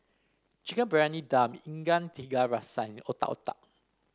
Chicken Briyani Dum Ikan Tiga Rasa and Otak Otak